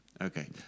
Okay